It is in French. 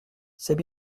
c’est